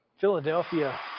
Philadelphia